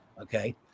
okay